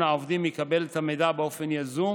העובדים יקבל את המידע באופן יזום,